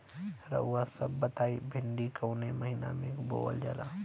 रउआ सभ बताई भिंडी कवने महीना में बोवल जाला?